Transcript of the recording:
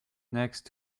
next